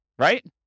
right